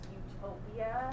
utopia